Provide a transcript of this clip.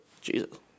Jesus